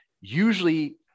Usually